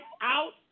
out